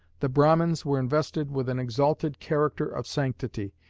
the brahmins were invested with an exalted character of sanctity,